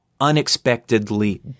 unexpectedly